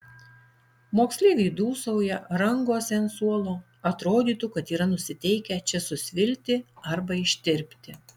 moksleiviai dūsauja rangosi ant suolo atrodytų kad yra nusiteikę čia susvilti arba ištirpti